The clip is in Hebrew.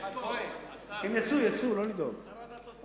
שר הדתות פה.